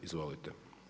Izvolite.